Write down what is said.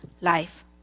life